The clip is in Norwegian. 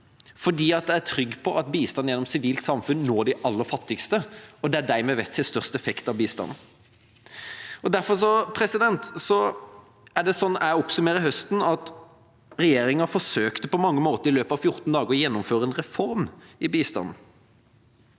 fordi jeg er trygg på at bistand gjennom Sivilt samfunn når de aller fattigste. Det er de vi vet har størst effekt av bistanden. Derfor er det sånn jeg oppsummerer høsten: Regjeringa forsøkte på mange måter i løpet av 14 dager å gjennomføre en reform av bistanden.